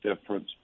difference